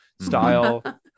style